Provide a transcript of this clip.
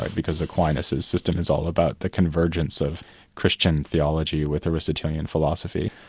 because aquinas's system is all about the convergence of christian theology with aristotelian philosophy.